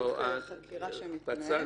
הליך חקירה שמתנהל.